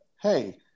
hey